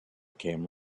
came